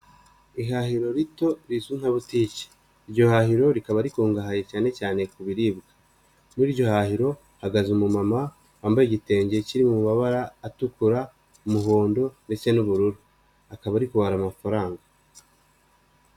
Ihahiro rito rizwi nka butike iryo hahiro rikaba rikungahaye cyane cyane ku biribwa, muri iryo hahiro hahagaze umumama wambaye igitenge kiri mu mabara atukura, umuhondo ndetse n'ubururu, akaba ari kubara amafaranga.